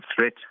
threat